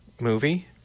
movie